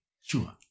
Sure